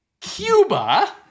Cuba